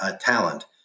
talent